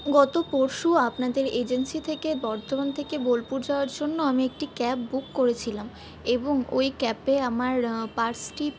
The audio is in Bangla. গত পরশু আপনাদের এজেন্সি থেকে বর্ধমান থেকে বোলপুর যাওয়ার জন্য আমি একটি ক্যাব বুক করেছিলাম এবং ওই ক্যাবে আমার পার্সটি